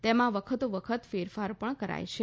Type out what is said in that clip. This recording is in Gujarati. તેમાં વખતોવખત ફેરફાર પણ કરાય છે